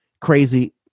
crazy